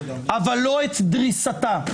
אבל לא את דריסתה.